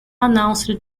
announced